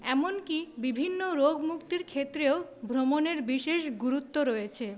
এমনকি বিভিন্ন রোগমুক্তির ক্ষেত্রেও ভ্রমণের বিশেষ গুরুত্ব রয়েছে